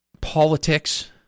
politics